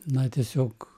na tiesiog